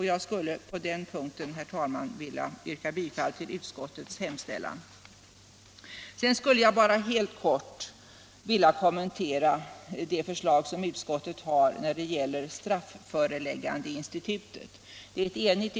Jag skulle på den punkten, herr talman, vilja yrka bifall till utskottets hemställan. Sedan skulle jag bara helt kort vilja kommentera utskottets förslag vad gäller strafföreläggandeinstitutet.